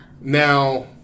Now